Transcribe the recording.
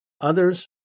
others